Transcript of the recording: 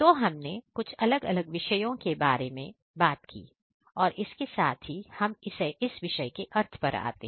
तो हमने कुछ अलग अलग विषयों की बात की और इसके साथ ही हम इस विषय के अर्थ पर आते हैं